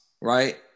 right